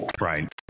Right